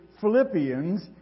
Philippians